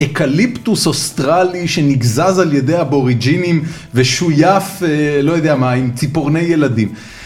אקליפטוס אוסטרלי שנגזז על ידי אבוריג'ינים ושויף, לא יודע מה, עם ציפורני ילדים.